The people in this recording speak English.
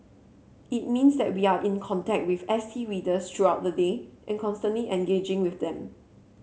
it means that we are in contact with S T readers throughout the day and constantly engaging with them